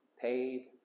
paid